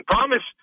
Promise